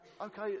okay